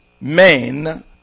men